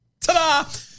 Ta-da